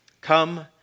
come